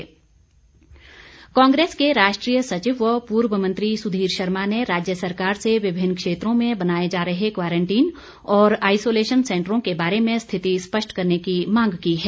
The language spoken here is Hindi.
कांग्रेस कांग्रेस के राष्ट्रीय सचिव व पूर्व मंत्री सुधीर शर्मा ने राज्य सरकार से विभिन्न क्षेत्रों में बनाए जा रहे क्वारंटीन और आइसोलेशन सैंटरों के बारे में स्थिति स्पष्ट करने की मांग की है